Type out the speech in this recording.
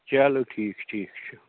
چلو ٹھیٖک چھُ ٹھیٖک چھُ